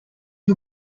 you